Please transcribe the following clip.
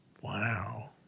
Wow